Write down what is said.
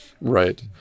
Right